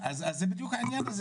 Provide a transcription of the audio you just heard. זה בדיוק העניין.